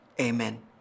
Amen